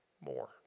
more